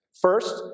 First